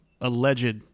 alleged